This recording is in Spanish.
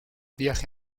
viaje